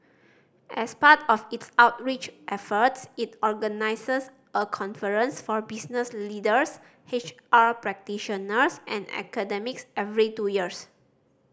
as part of its outreach efforts it organises a conference for business leaders H R practitioners and academics every two years